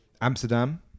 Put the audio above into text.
amsterdam